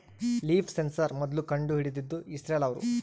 leaf sensor ಮೊದ್ಲು ಕಂಡು ಹಿಡಿದಿದ್ದು ಇಸ್ರೇಲ್ ಅವ್ರು